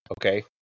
okay